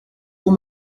haut